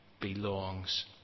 belongs